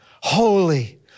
holy